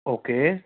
okay